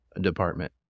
department